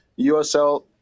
USL